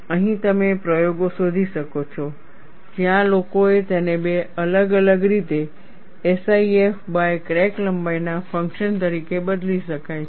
અહીં તમે પ્રયોગો શોધી શકો છો જ્યાં લોકોએ તેને બે અલગ અલગ રીતે SIF બાય ક્રેક લંબાઈના ફંક્શન તરીકે બદલી શકાય છે